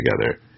together